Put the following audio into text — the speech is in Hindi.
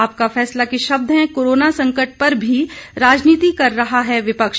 आपका फैसला के शब्द हैं कोरोना संकट पर भी राजनीति कर रहा है विपक्ष